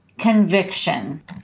Conviction